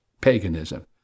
Paganism